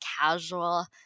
casual